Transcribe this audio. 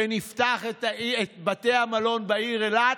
ונפתח את בתי המלון בעיר אילת